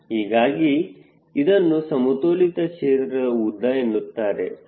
ಹೀಗಾಗಿ ಇದನ್ನು ಸಮತೋಲಿತ ಕ್ಷೇತ್ರದ ಉದ್ದ ಎನ್ನುತ್ತಾರೆ